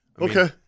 Okay